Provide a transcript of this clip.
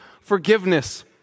forgiveness